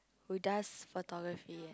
who does photography